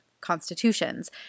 constitutions